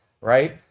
right